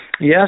Yes